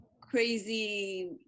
crazy